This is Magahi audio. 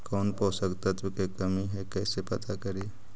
कौन पोषक तत्ब के कमी है कैसे पता करि?